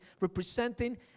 representing